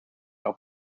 auch